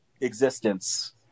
existence